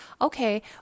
Okay